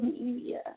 media